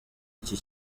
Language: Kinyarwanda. iki